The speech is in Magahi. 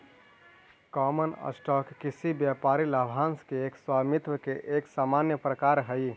कॉमन स्टॉक किसी व्यापारिक लाभांश के स्वामित्व के एक सामान्य प्रकार हइ